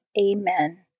Amen